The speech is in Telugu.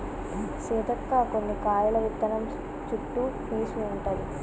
సీతక్క కొన్ని కాయల విత్తనం చుట్టు పీసు ఉంటది